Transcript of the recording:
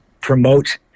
promote